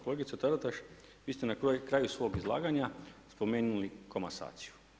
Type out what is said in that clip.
Kolegice Taritaš, vi ste na kraju svog izlaganja spomenuli komasaciju.